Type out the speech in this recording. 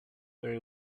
very